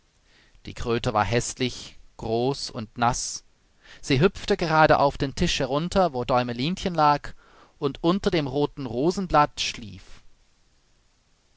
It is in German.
die kröte war häßlich groß und naß sie hüpfte gerade auf den tisch herunter wo däumelinchen lag und unter dem roten rosenblatt schlief